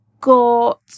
got